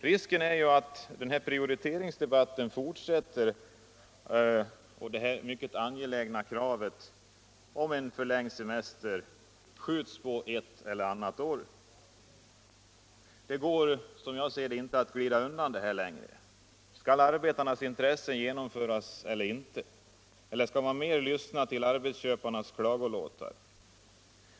Risken är att denna prioriteringsdebatt fortsätter och att tillgodoseendet av det mycket angelägna kravet på en förlängd semester skjuts framåt ett eller annat år. Som jag ser det går det emellertid inte att glida undan längre. Skall arbetarnas intressen tillgodoses eller inte? Skall man mer lyssna på arbetsköparnas klagolåtar?